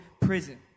prison